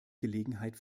gelegenheit